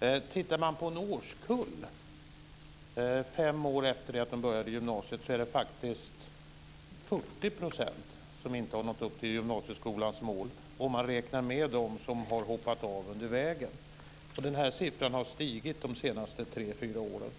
man tittar på en årskull fem år efter att de började gymnasiet ser man att 40 % inte har nått upp till gymnasieskolans mål om man räknar med dem som har hoppat av efter vägen. Den andelen har stigit de senaste tre fyra åren.